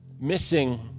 missing